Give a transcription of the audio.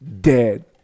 Dead